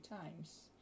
times